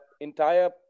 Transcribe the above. entire